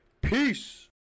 Peace